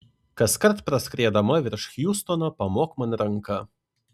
kaskart praskriedama virš hjustono pamok man ranka